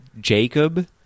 Jacob